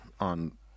on